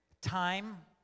time